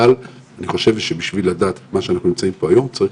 אבל בשביל לדעת את מה שאנחנו נמצאים פה היום צריך